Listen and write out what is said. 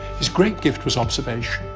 his great gift was observation.